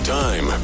time